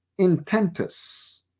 intentus